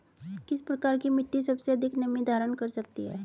किस प्रकार की मिट्टी सबसे अधिक नमी धारण कर सकती है?